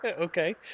Okay